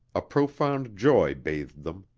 a profound joy bathed them.